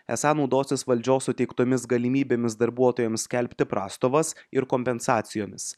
esą naudosis valdžios suteiktomis galimybėmis darbuotojams skelbti prastovas ir kompensacijomis